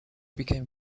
became